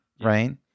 right